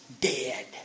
dead